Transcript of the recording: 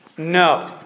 No